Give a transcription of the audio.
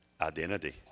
Identity